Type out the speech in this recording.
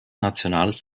nationales